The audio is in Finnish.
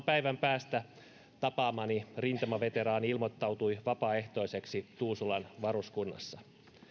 päivän päästä tapaamani rintamaveteraani ilmoittautui vapaaehtoiseksi tuusulan varuskunnassa